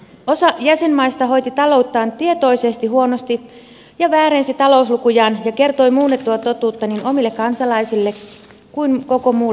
osa jäsenmaista hoiti talouttaan tietoisesti huonosti ja väärensi talouslukujaan ja kertoi muunneltua totuutta niin omille kansalaisille kuin koko muulle euroopalle